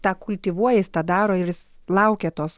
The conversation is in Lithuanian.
tą kultivuoja jis tą daro ir jis laukė tos